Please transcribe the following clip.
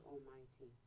Almighty